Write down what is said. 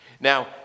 Now